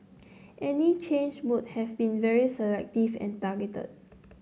any change would have been very selective and targeted